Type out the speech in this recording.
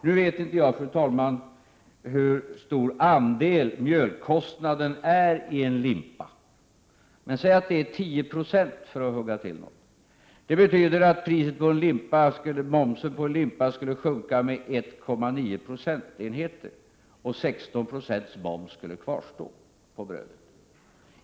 Nu vet inte jag, fru talman, hur stor andel mjölkostnaden utgör av priset på en limpa, men antag att det är 10 96, för att hugga till med något. Det betyder i så fall att momsen på en limpa skulle sjunka med 1,9 procentenheter och 16 Z6 moms skulle kvarstå på brödet.